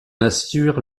assure